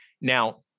Now